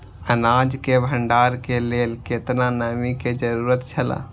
अनाज के भण्डार के लेल केतना नमि के जरूरत छला?